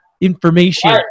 information